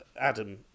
Adam